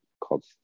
called